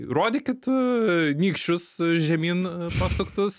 rodykit aaa nykščius žemyn pasuktus